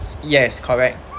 yes correct